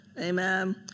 amen